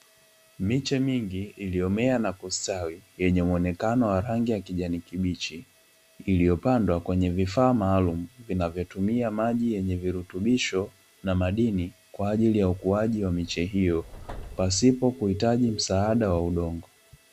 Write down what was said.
Miche mingi iliyomea na kustawi yenye muonekano wa rangi ya kijani kibichi, iliyopandwa kwenye vifaa maalumu vinavyotumia maji yenye virutubisho na madini kwa ajili ya ukuaji wa miche hiyo, pasipo kuhitaji msaada wa udongo.